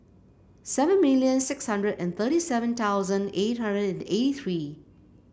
seven million six hundred and thirty seven thousand eight hundred and eighty three